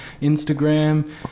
Instagram